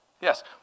Yes